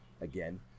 again